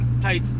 tight